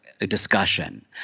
discussion